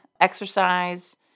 exercise